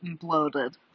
Bloated